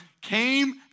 came